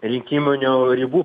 rinkiminių ribų